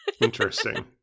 Interesting